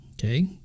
Okay